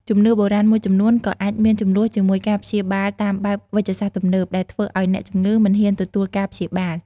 ជំនឿបុរាណមួយចំនួនក៏អាចមានជម្លោះជាមួយការព្យាបាលតាមបែបវេជ្ជសាស្ត្រទំនើប ដែលធ្វើឱ្យអ្នកជំងឺមិនហ៊ានទទួលការព្យាបាល។